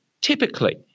typically